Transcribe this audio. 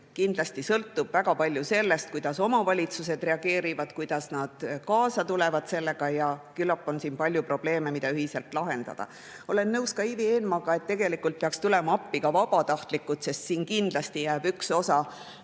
Kindlasti sõltub väga palju sellest, kuidas omavalitsused reageerivad, kuidas nad sellega kaasa tulevad, ja küllap on siin palju probleeme, mida ühiselt lahendada. Olen nõus Ivi Eenmaaga, et tegelikult peaks tulema appi ka vabatahtlikud, sest siin kindlasti on üks osa